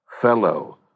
fellow